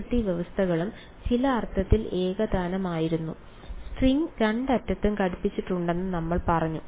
അതിർത്തി വ്യവസ്ഥകളും ചില അർത്ഥത്തിൽ ഏകതാനമായിരുന്നു സ്ട്രിംഗ് രണ്ട് അറ്റത്തും ഘടിപ്പിച്ചിട്ടുണ്ടെന്ന് നമ്മൾ പറഞ്ഞു